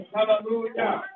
Hallelujah